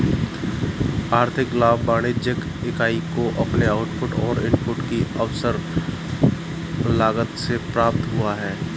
आर्थिक लाभ वाणिज्यिक इकाई को अपने आउटपुट और इनपुट की अवसर लागत से प्राप्त हुआ है